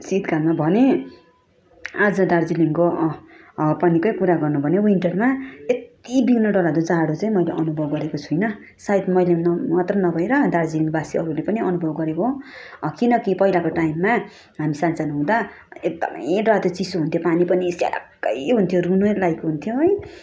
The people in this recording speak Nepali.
शितकालमा भने आज दार्जिलिङको हावा पानीकै कुरा गर्नु हो भने विन्टरमा यत्ति बिघ्न डरलाग्दो जाडो चाहिँ मैले अनुभव गरेको छुइनँ सायद मैले मात्रै नभएर दार्जिलिङवासीहरूले पनि अनुभाउँ गरेको हो किनकि पहिलाको टाइममा हामी सानसानो हुदाँ एकदमै डरलाग्दो चिसो हुन्थ्यो पानी पनि स्यालाक्कै हुन्थ्यो रूनै लाइकको हुन्थ्यो है